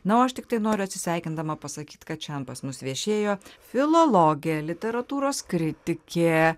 na o aš tiktai noriu atsisveikindama pasakyt kad šian pas mus viešėjo filologė literatūros kritikė